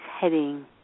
heading